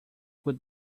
would